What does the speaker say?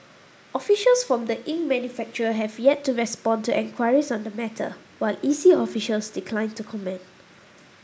officials from the ink manufacturer have yet to respond to enquiries on the matter while E C officials declined to comment